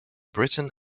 britain